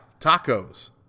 Tacos